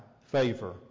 favor